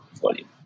volume